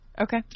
Okay